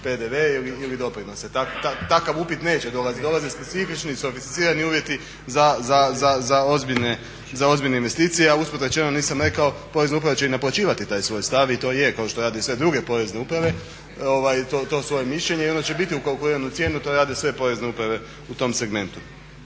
PDV ili doprinose, takav upit neće dolaziti. Dolaze specifični i sofisticirani uvjeti za ozbiljne investicije, a usput rečeno nisam rekao porezna uprava će i naplaćivati taj svoj stav i to je kao što radi sve druge porezne uprave to svoje mišljenje i ono će biti ukalkulirano u cijenu, to rade sve porezne uprave u tom segmentu.